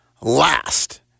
last